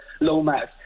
low-mass